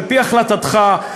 על-פי החלטתך,